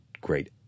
great